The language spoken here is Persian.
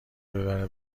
ببره